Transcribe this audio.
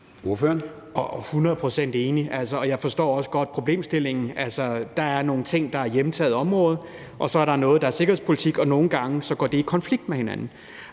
procent enig, og jeg forstår også godt problemstillingen. Altså, der er nogle ting, der er hjemtaget område, og så er der noget, der er sikkerhedspolitik, og nogle gange går det i konflikt med hinanden.